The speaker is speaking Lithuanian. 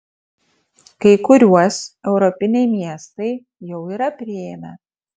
kai kuriuos europiniai miestai jau yra priėmę